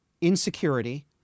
insecurity